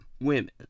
women